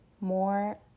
more